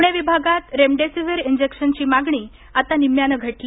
पुणे विभागांत रेमडेसिव्हिर इंजेक्शनची मागणी आता निम्म्यानं घटली